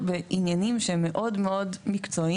בעניינים שהם מאוד מאוד מקצועיים,